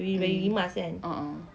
mm a'ah